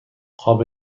قاب